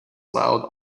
loud